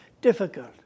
difficult